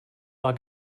war